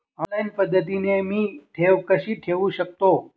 Online पद्धतीने मी ठेव कशी ठेवू शकतो?